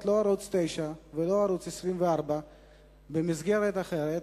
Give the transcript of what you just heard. לא ערוץ-9 ולא ערוץ-24 ניתנים לצפייה במסגרת אחרת,